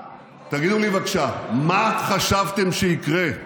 תגידו לי, בבקשה, מה חשבתם שיקרה?